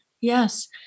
Yes